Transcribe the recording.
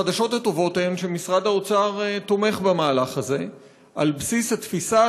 החדשות הטובות הן שמשרד האוצר תומך במהלך הזה על בסיס התפיסה